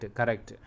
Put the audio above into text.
correct